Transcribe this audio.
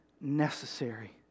necessary